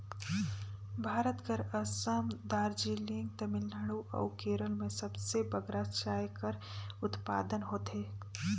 भारत कर असम, दार्जिलिंग, तमिलनाडु अउ केरल में सबले बगरा चाय कर उत्पादन होथे